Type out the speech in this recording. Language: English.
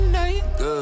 Good